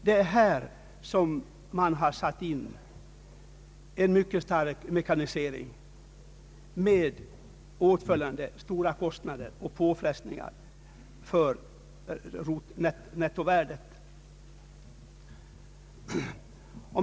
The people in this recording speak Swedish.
Det är här det har skett en mycket stor mekanisering med åtföljande stora kostnader och påfrestningar för nettovärdet.